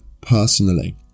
personally